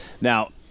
Now